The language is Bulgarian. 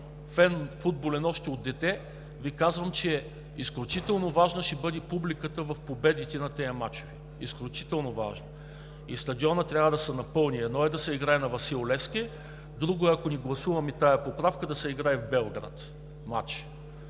като футболен фен още от дете Ви казвам, че изключително важна ще бъде публиката в победите на тези мачове, изключително важна! И стадионът трябва да се напълни. Едно е да се играе на „Васил Левски“, друго е, ако не гласуваме тази поправка, мачът да се играе в Белград. Много